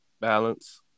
balance